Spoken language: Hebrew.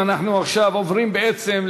הנני מתכבדת להודיעכם,